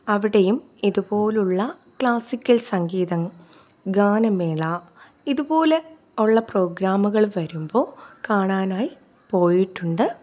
അവിടെയും ഇതുപോലുള്ള ക്ലാസ്സിക്കൽ സംഗീതം ഗാനമേള ഇതുപോലെ ഒള്ള പ്രോഗ്രാമുകൾ വരുമ്പോൾ കാണാനായി പോയിട്ടുണ്ട്